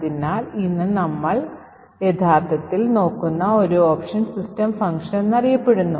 ഇപ്പോൾ നിങ്ങൾ സ്കാൻ എന്ന് വിളിക്കുന്ന ഈ പ്രത്യേക പ്രോഗ്രാം റൺ ചെയ്യുമ്പോൾ scanf എന്ന ഫംഗ്ഷൻ വിളിക്കുന്നു